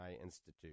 Institute